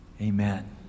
Amen